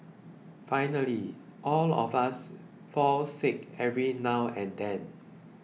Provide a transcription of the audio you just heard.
finally all of us fall sick every now and then